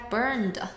Burned